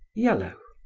yellow.